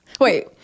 Wait